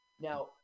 Now